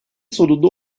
sonunda